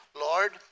Lord